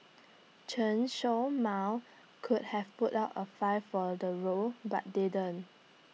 Chen show Mao could have put up A fight for the role but didn't